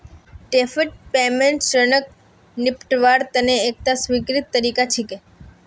deferred payment ऋणक निपटव्वार तने एकता स्वीकृत तरीका छिके